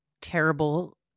terrible